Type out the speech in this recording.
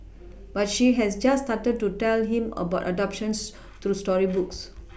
but she has just started to tell him about adoptions through storybooks